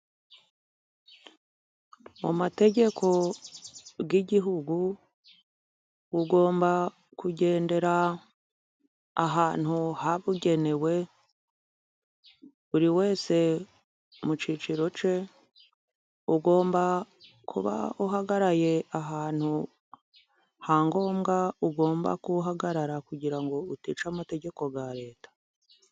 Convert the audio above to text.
Mu mategeko y'igihugu ugomba kugendera ahantu habugenewe, buri wese mu cyiciro ke ugomba kuba uhagaraye, ahantu hangombwa ugomba guhagarara kugira ngo utica amategeko ya leta.